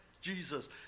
Jesus